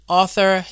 author